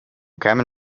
kämen